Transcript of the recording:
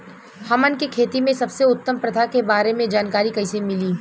हमन के खेती में सबसे उत्तम प्रथा के बारे में जानकारी कैसे मिली?